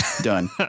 Done